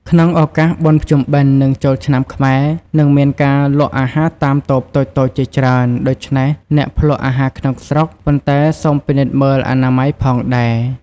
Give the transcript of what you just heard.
ក្នុងឱកាសបុណ្យភ្ជុំបិណ្ឌ និងចូលឆ្នាំខ្មែរ នឹងមានការលក់អាហារតាមតូបតូចៗជាច្រើន ដូច្នេះអ្នកភ្លក់អាហារក្នុងស្រុក ប៉ុន្តែសូមពិនិត្យមើលអនាម័យផងដែរ។